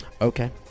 Okay